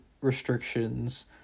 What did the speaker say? restrictions